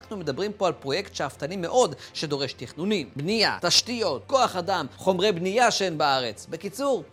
אנחנו מדברים פה על פרויקט שאפתני מאוד, שדורש תכנונים, בנייה, תשתיות, כוח אדם, חומרי בנייה שאין בארץ. בקיצור...